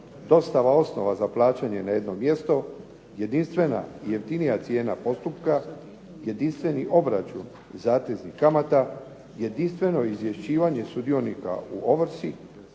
dostava osnova za plaćanje na jednom mjestu, jedinstvena i jeftinija cijena postupka, jedinstveni obračun zateznih kamata, jedinstveno izvješćivanje sudionika u ovrsi,